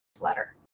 letter